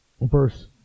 verse